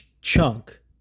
chunk